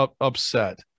upset